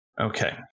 Okay